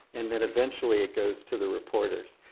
and then eventually it goes to the reporters.